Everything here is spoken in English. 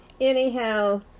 Anyhow